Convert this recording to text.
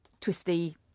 twisty